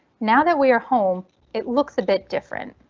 now that we're home it looks a bit different.